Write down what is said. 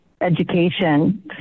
education